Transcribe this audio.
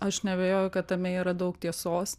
aš neabejoju kad tame yra daug tiesos